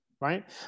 right